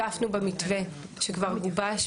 ואמרנו את זה מהרגע הראשון ששותפנו במתווה שכבר גובש.